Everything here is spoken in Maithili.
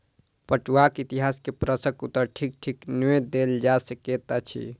पटुआक इतिहास के प्रश्नक उत्तर ठीक ठीक नै देल जा सकैत अछि